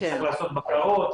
נצטרך לעשות בקרות,